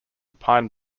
pine